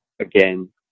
again